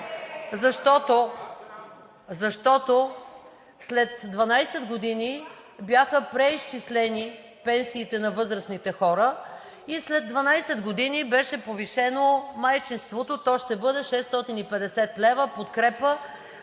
Защото след 12 години бяха преизчислени пенсиите на възрастните хора и след 12 години беше повишено майчинството – то ще бъде 650 лв. подкрепа